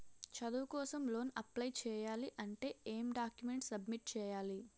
చదువు కోసం loan apply చేయాలి అంటే ఎం డాక్యుమెంట్స్ సబ్మిట్ చేయాలి?